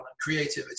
creativity